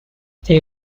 they